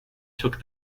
took